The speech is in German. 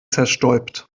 zerstäubt